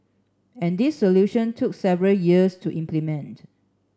and this solution took several years to implement